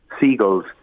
Seagulls